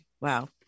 Wow